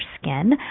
skin